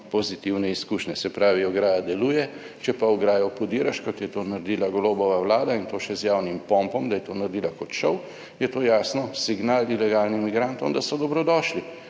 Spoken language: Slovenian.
pozitivne izkušnje, se pravi, ograja deluje, če pa ograjo podiraš, kot je to naredila Golobova vlada in to še z javnim pompom, da je to naredila kot šov, je to jasno signal ilegalnim migrantom, da so dobrodošli